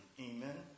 Amen